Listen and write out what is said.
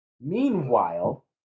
Meanwhile